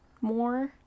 more